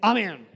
Amen